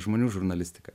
žmonių žurnalistika